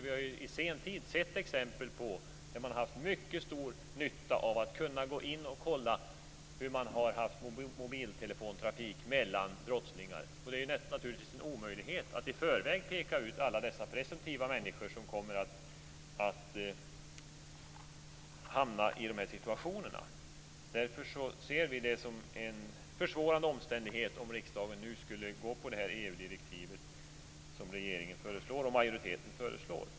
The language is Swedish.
Vi har på senare tid sett exempel på att man haft mycket stor nytta av att kunna gå in och kolla mobiltelefontrafik mellan brottslingar. Det är naturligtvis en omöjlighet att i förväg peka ut alla de presumtiva människor som kommer att hamna i de här situationerna. Därför ser vi det som en försvårande omständighet om riksdagen nu skulle gå på det här EG-direktivet såsom regeringen och majoriteten föreslår.